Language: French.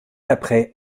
après